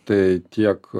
tai tiek